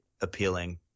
appealing